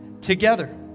together